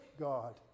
god